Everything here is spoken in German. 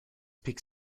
pik